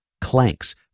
clanks